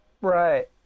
Right